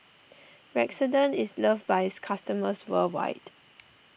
Redoxon is loved by its customers worldwide